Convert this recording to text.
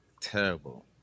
Terrible